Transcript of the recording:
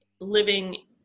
living